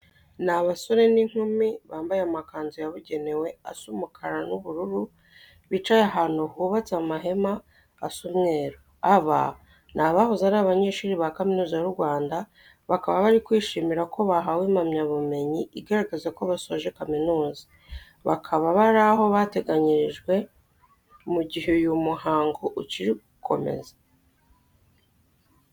Ni abasore n'inkumi bambaye amakanzu yabugenewe asa umukara n'ubururu, bicaye ahantu hubatse amahema asa umweru. Abi ni abahoze ari abanyeshuri ba Kaminuza y'u Rwanda, bakaba bari kwishimira ko bahawe impamyabumenyu igaragaza ko basoje kaminuza. Bakaba bari aho bateganyirijwe mu gihe uyu muhango ukiri gukomeza.